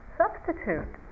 substitute